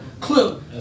Clue